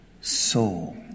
soul